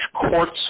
courts